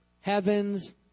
Heavens